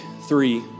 three